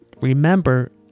Remember